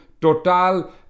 Total